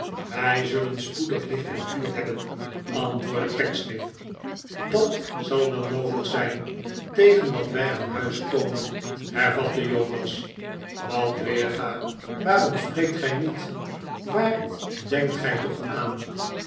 wij zullen spoedig licht en vuur hebben antwoordde pecksniff dat zal wel noodig zijn tegen dat wij aan uw huis komen hervatte jonas wat weerga waarom spreekt gij niet waar denkt gij toch aan